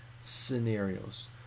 scenarios